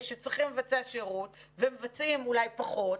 שצריכים לבצע שירות ומבצעים אולי פחות,